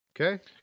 Okay